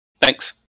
Thanks